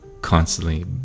constantly